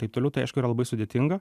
taip toliau tai aišku yra labai sudėtinga